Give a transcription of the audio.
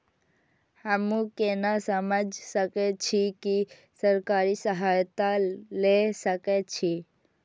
हमू केना समझ सके छी की सरकारी सहायता ले सके छी?